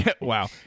Wow